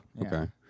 Okay